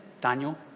Daniel